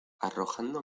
arrojando